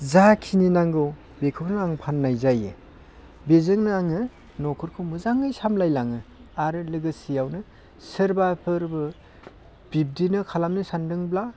जाखिनि नांगौ बेखौनो आं फाननाय जायो बेजोंनो आङो न'खरखौ मोजाङै सामलायलाङो आरो लोगोसेयावनो सोरबा फोरबो बिबदिनो खालामनो सान्दोंब्ला